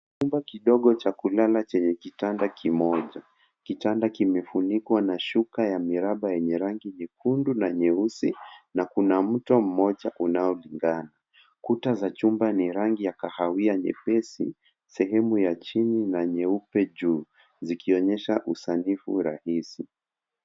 Chumba kidogo cha kulala chenye kitanda kimoja. Kitanda kimefunikwa na shuka ya miraba yenye rangi nyekundu na nyeusi na kuna mto mmoja unaolingana. Kuta za chumba ni rangi ya kahawia nyepesi sehemu ya chini na nyeupe juu zikionyesha usanifu rahisi.